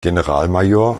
generalmajor